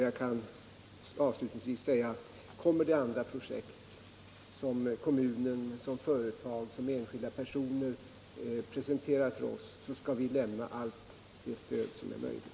Jag kan avslutningsvis säga: Om kommunen, företag eller enskilda personer presenterar andra projekt för oss skall vi lämna allt det stöd som är möjligt.